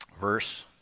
Verse